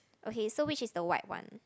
okay so which is the white one